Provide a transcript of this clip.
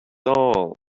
all